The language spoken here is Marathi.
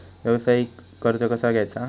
व्यवसायासाठी कर्ज कसा घ्यायचा?